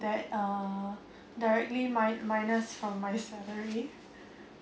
that uh directly mi~ minus from my salary